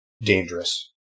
dangerous